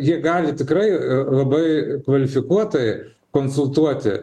jie gali tikrai labai kvalifikuotai konsultuoti